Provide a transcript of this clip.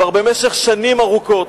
כבר שנים ארוכות.